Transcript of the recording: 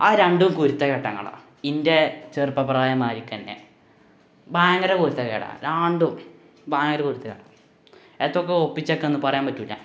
ആ രണ്ടും കുരുത്തം കെട്ടങ്ങളാണ് എന്റെ ചെറുപ്പ പ്രായം മാതിരി തന്നെ ഭയങ്കര കുരുത്തക്കേടാണ് രണ്ടും ഭയങ്കര കുരുത്തം എന്തൊക്കെ ഒപ്പിച്ചേക്കുന്നു പറയാന് പറ്റില്ല